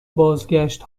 بازگشت